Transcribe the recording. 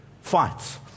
fights